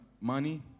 money